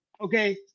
okay